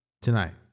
tonight